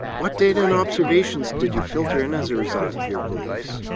what data and observations did you filter in as a result of your beliefs,